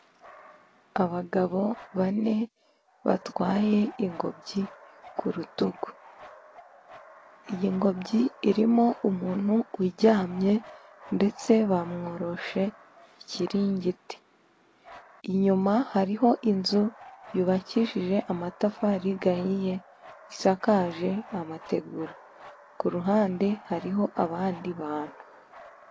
Abagabo bane batwaye ingobyi ku rutugu. Iyi ngobyi irimo umuntu uryamye, ndetse bamworoshe ikiringiti. Inyuma hariho inzu yubakishije amatafari ahiye, isakaje amategura, ku ruhande hariho abandi bantu.